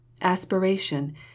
Aspiration